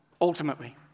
ultimately